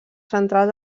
central